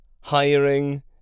hiring